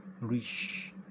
rich